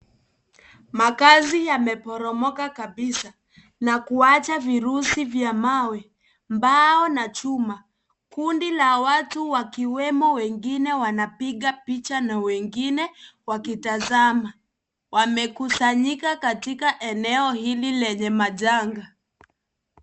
Makazi yameporomoka kabisa na kuacha vifusi vya mawe, mbao na chuma. Kundi la watu wakiwemo wengine wanapiga picha na wengine wakitazama. Wamekusanyika katika eneo hilil lenye majanga.